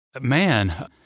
Man